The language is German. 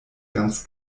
ganz